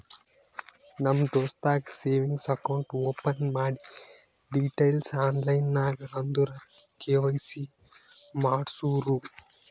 ನಮ್ ದೋಸ್ತಗ್ savings account open ಮಾಡಿ ಡೀಟೈಲ್ಸ್ ಆನ್ಲೈನ್ ನಾಗ್ ಅಂದುರ್ ಕೆ.ವೈ.ಸಿ ಮಾಡ್ಸುರು